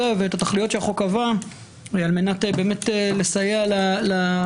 ואת התכליות שהחוק קבע כדי לסייע לחייבים.